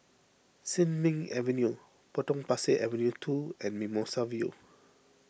Sin Ming Avenue Potong Pasir Avenue two and Mimosa View